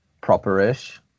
proper-ish